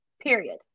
Period